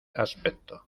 aspecto